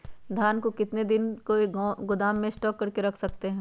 धान को कितने दिन को गोदाम में स्टॉक करके रख सकते हैँ?